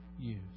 use